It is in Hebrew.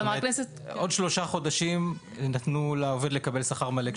נתנו לעובד עוד שלושה חודשים לקבל שכר מלא,